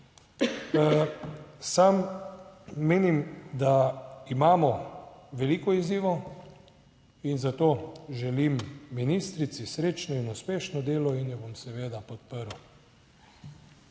Sam menim, da imamo veliko izzivov in zato želim ministrici srečno in uspešno delo in jo bom seveda podprl.